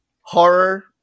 Horror